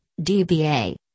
DBA